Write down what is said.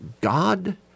God